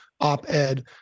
op-ed